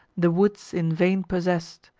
the woods in vain possess'd,